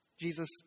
Jesus